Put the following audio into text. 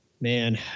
Man